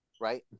right